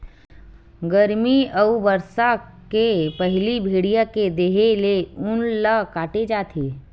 गरमी अउ बरसा के पहिली भेड़िया के देहे ले ऊन ल काटे जाथे